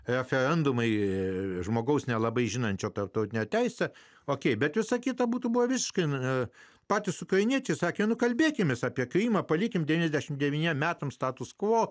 referendumai ir žmogaus nelabai žinančio tarptautinę teisę okei bet visa kita būtų paryškina patys ukrainiečiai sakė kalbėkimės apie krymą palikime devyniasdešim devyniem metams status kvo